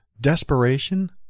Desperation